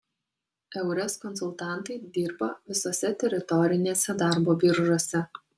eures konsultantai dirba visose teritorinėse darbo biržose